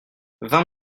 vingt